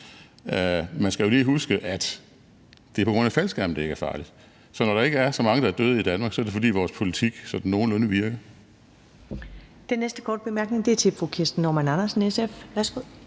Man skal jo lige huske, at det er på grund af faldskærmen, at det ikke er farligt. Så når der ikke er så mange, der er døde i Danmark, er det, fordi vores politik sådan nogenlunde virker.